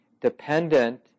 dependent